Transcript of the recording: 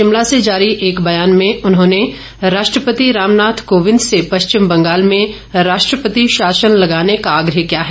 शिमला से जारी एक बयान में उन्होंने राष्ट्रपति रामनाथ कोविंद से पश्चिम बंगाल में राष्ट्रपति शासन लगाने का आग्रह किया है